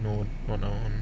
no not now